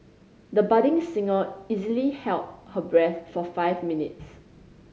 the budding singer easily held her breath for five minutes